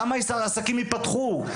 כמה עסקים ייפתחו,